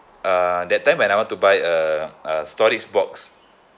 uh that time when I want to buy uh a storage box